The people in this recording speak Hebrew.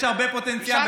יש לך ניסיון רב,